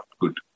good